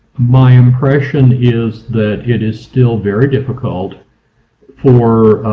my impression is that it is still very difficult for